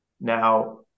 Now